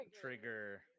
Trigger